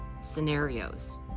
scenarios